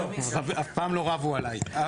אף פעם לא רבו עליי.